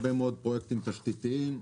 אלה הרבה פרויקטים תשתיתיים.